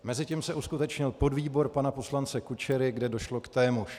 Mezitím se uskutečnil podvýbor pana poslance Kučery, kde došlo k témuž.